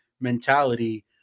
mentality